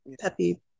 peppy